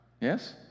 Yes